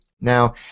Now